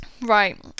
Right